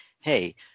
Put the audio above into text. Hey